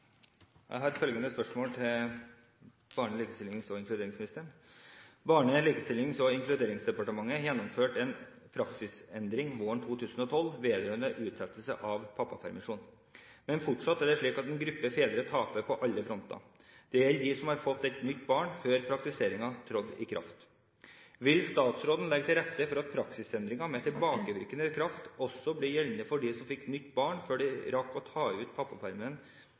inkluderingsdepartementet gjennomførte en praksisendring våren 2012 vedrørende utsettelse av pappapermisjon. Men fortsatt er det slik at en gruppe fedre taper på alle fronter. Det gjelder de som har fått et nytt barn før praksisendringen trådte i kraft. Vil statsråden legge til rette for at praksisendringen med tilbakevirkende kraft også blir gjeldende for de som fikk nytt barn før de rakk å ta ut